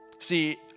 See